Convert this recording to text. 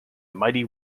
mighty